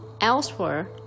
elsewhere